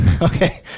Okay